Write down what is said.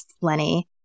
Lenny